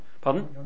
Pardon